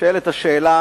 נשאלת השאלה